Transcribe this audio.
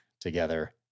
together